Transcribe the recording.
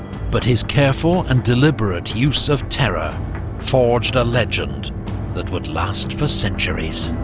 but his careful and deliberate use of terror forged a legend that would last for centuries.